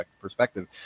perspective